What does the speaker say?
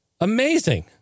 Amazing